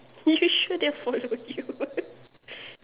you sure they'll following you